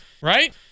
right